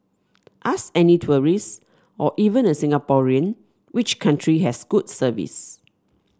ask any tourist or even a Singaporean which country has good service